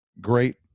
great